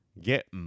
get